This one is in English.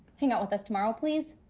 hang out with us tomorrow. please?